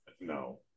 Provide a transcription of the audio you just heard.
no